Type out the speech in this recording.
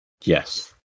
Yes